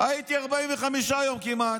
הייתי 45 יום כמעט,